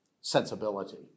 sensibility